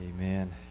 amen